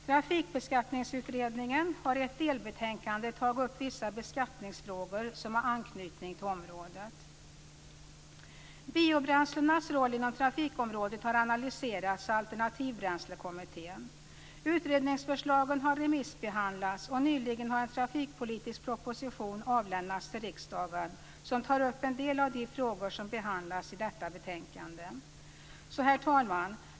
Trafikbeskattningsutredningen har i ett delbetänkande tagit upp vissa beskattningsfrågor som har anknytning till området. Biobränslenas roll inom trafikområdet har analyserats av alternativbränslekommittén. Utredningsförslagen har remissbehandlats och nyligen har en trafikpolitisk proposition som tar upp en del av de frågor som tas upp i detta betänkande avlämnats till riksdagen. Herr talman!